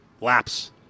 Laps